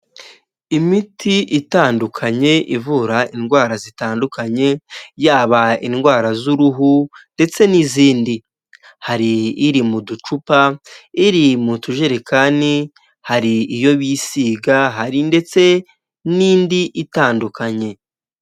Imiti itandukanye ivura indwara zitandukanye, yaba indwara z'uruhu ndetse n'izindi, hari iri mu ducupa, iri mu tujerekani, hari iyo bisiga, hari ndetse n'indi itandukanye.